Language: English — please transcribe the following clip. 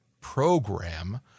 program